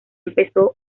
empezó